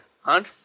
hunt